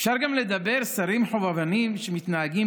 אפשר גם לדבר על שרים חובבניים שמתנהגים